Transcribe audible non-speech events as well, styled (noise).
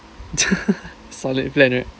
(laughs) solid plan right